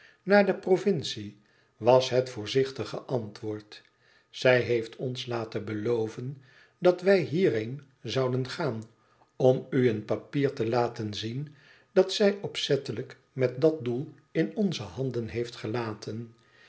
was naarde provincie was het voorzichtige antwoord zij heeft ons laten beloven dat wij hierheen zouden gaan om u een papier te laten zien dat zij opzettelijk met dat doel in onze handen heeft gelaten